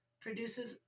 produces